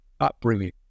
Upbringing